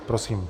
Prosím.